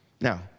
Now